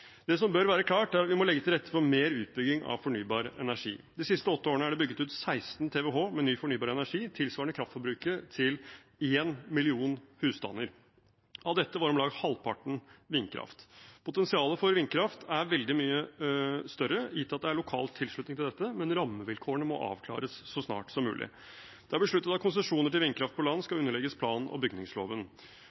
Det som bør være klart, er at vi må legge til rette for mer utbygging av fornybar energi. De siste åtte årene er det bygget ut 16 TWh med fornybar energi, tilsvarende kraftforbruket til én million husstander. Av dette var om lag halvparten vindkraft. Potensialet for vindkraft er veldig mye større gitt at det er lokal tilslutning til dette, men rammevilkårene må avklares så snart som mulig. Det er besluttet at konsesjoner til vindkraft på land skal underlegges plan- og bygningsloven.